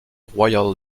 royal